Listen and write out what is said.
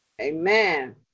Amen